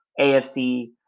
AFC